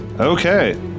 Okay